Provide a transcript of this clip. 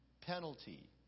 penalty